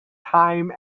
time